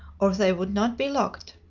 or they would not be locked.